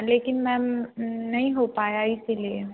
लेकिन मैम नहीं हो पाया इसीलिए